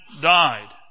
died